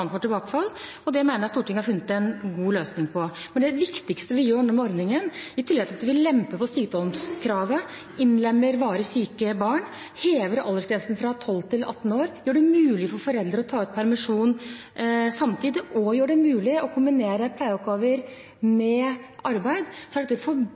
tilbakefall, og det mener jeg Stortinget har funnet en god løsning på. Men det viktigste vi gjør med ordningen nå, i tillegg til at vi lemper på sykdomskravet, innlemmer varig syke barn, hever aldersgrensen fra 12 til 18 år, gjør det mulig for foreldre å ta ut permisjon samtidig og gjør det mulig å kombinere pleieoppgaver med arbeid, er